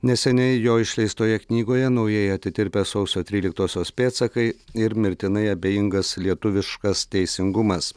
neseniai jo išleistoje knygoje naujai atitirpę sausio tryliktosios pėdsakai ir mirtinai abejingas lietuviškas teisingumas